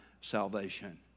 salvation